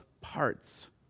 parts